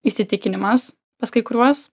įsitikinimas pas kai kuriuos